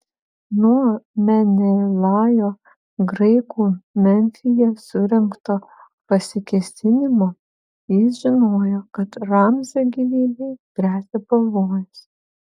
nuo menelajo graikų memfyje surengto pasikėsinimo jis žinojo kad ramzio gyvybei gresia pavojus